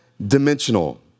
dimensional